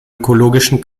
ökologischen